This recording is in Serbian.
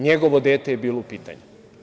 Njegovo dete je bilo u pitanju.